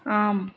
आम्